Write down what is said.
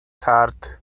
heart